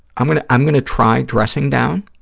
i'm going i'm going to try dressing down.